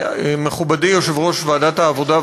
מכובדי יושב-ראש ועדת העבודה,